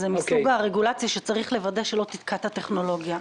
זה מסוג הרגולציה שצריך לוודא שלא תתקע את הטכנולוגיה.